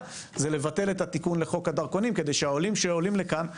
זה לבטל את התיקון לחוק הדרכונים כדי שהעולים שעולים לכאן,